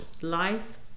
life